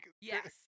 Yes